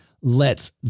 lets